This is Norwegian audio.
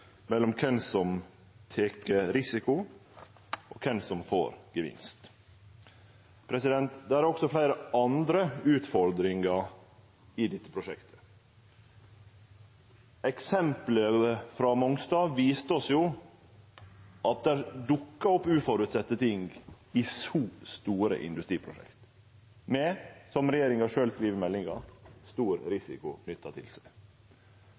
mellom kven som tek risiko, og kven som får gevinst. Det er også fleire andre utfordringar i dette prosjektet. Eksempelet frå Mongstad viste oss jo at det dukkar opp uføresette ting i så store industriprosjekt, med, som regjeringa sjølv skriv i meldinga, ein stor risiko knytt til seg.